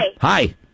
Hi